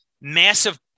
massive